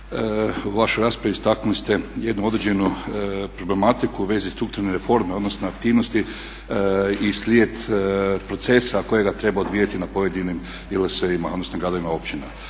u vašoj raspravi istaknuli ste jednu određenu problematiku u vezi strukturne reforme odnosno aktivnosti i slijed procesa kojega treba odvijati na pojedinim … odnosno gradovima i općinama.